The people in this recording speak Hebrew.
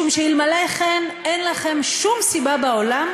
משום שאלמלא כן אין לכם שום סיבה בעולם